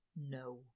No